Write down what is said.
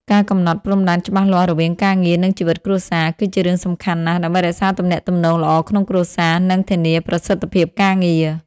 ការកំណត់ព្រំដែនច្បាស់លាស់រវាងការងារ និងជីវិតគ្រួសារ គឺជារឿងសំខាន់ណាស់ ដើម្បីរក្សាទំនាក់ទំនងល្អក្នុងគ្រួសារ និងធានាប្រសិទ្ធភាពការងារ។